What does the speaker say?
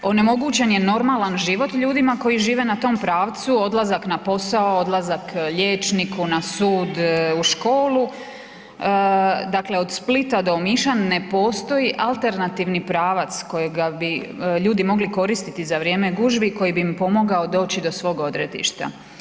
Onemogućen je normalan život ljudima koji žive na tom pravcu, odlazak na posao, odlazak liječniku, na sud, u školu, dakle od Splita do Omiša ne postoji alternativni pravac kojega bi ljudi mogli koristiti za vrijeme gužvi koji bi im pomogao doći do svog odredišta.